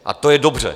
A to je dobře.